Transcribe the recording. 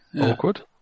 Awkward